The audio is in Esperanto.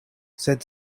sed